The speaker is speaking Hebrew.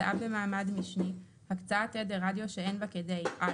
הקצאה במעמד משני, הקצאת תדר רדיו שאין בה כדי א.